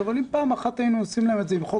אבל אם פעם אחת היינו עושים להם את זה עם חוק